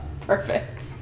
Perfect